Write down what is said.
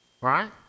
right